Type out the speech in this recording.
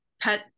pet